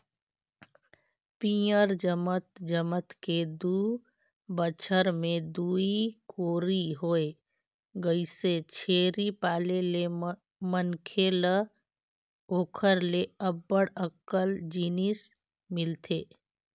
पियंर जमत जमत के दू बच्छर में दूई कोरी होय गइसे, छेरी पाले ले मनखे ल ओखर ले अब्ब्ड़ अकन जिनिस मिलथे